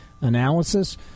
analysis